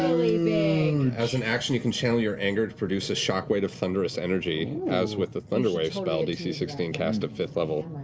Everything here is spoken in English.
i mean as an action you can channel your anger to produce a shockwave of thunderous energy, as with the thunderwave spell. dc sixteen, cast at fifth level.